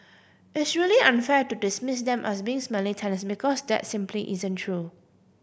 it's really unfair to dismiss them as being smelly tenants because that simply isn't true